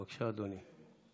בבקשה, אדוני.